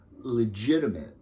legitimate